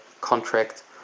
contract